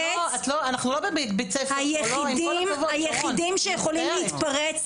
סליחה אנחנו לא בבית הספר פה --- היחידים שיכולים להתפרץ